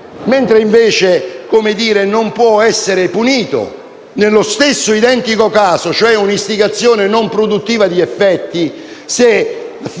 effetti, mentre non può essere punito nello stesso identico caso, cioè un'istigazione non produttiva di effetti, se